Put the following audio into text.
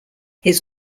his